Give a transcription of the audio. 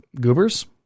goobers